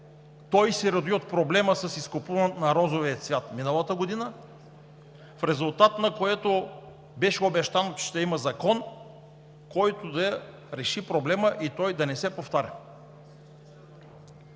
Той се роди от проблема с изкупуването на розовия цвят миналата година, в резултат на което беше обещано, че ще има закон, който да реши проблема и той да не се повтаря.